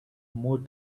more